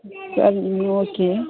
சரிங்க ஓகே